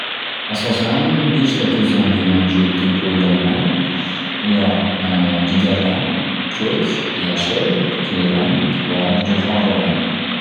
Asosan beshta ko'z rangi mavjud deb o'ylayman. Ular jigarrang, ko'k, yashil, kulrang va jo'xori rang.